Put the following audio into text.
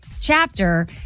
chapter